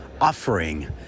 offering